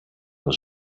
was